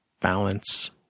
balance